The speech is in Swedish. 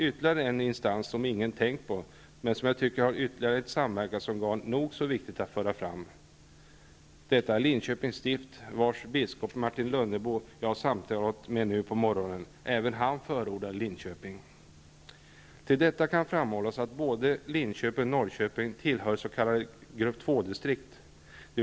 Ytterligare en instans, som ingen annan tänkt på, men som jag tycker är ytterligare ett samverkansorgan nog så viktigt att föra fram, är Linköpings stift, vars biskop Martin Lönnebo jag har samtalat med nu på morgonen. Även han förordade Linköping. Härtill kan framhållas att både Linköping och Norrköping tillhör de s.k. grupp II-distrikten.